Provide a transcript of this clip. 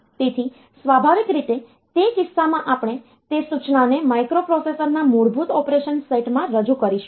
તેથી સ્વાભાવિક રીતે તે કિસ્સામાં આપણે તે સૂચનાને માઇક્રોપ્રોસેસર ના મૂળભૂત ઓપરેશન સેટ માં રજૂ કરીશું